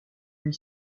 lui